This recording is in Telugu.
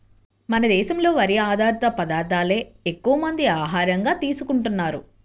మన దేశంలో వరి ఆధారిత పదార్దాలే ఎక్కువమంది ఆహారంగా తీసుకుంటన్నారు